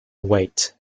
wait